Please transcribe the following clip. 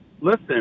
Listen